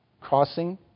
Crossing